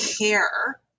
care